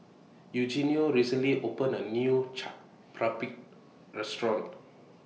Eugenio recently opened A New Chaat Papri Restaurant